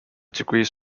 degrees